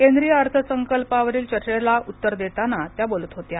केंद्रीय अर्थसंकल्पावरील चर्चेला उत्तर देताना त्या बोलत होत्या